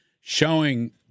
showing